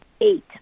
eight